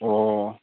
अ